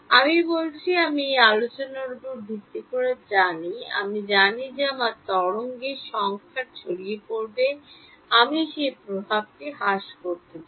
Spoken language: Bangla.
আমি বলছি আমি এই আলোচনার উপর ভিত্তি করে জানি আমি জানি যে আমার তরঙ্গে সংখ্যার ছড়িয়ে পড়বে আমি সেই প্রভাবটি হ্রাস করতে চাই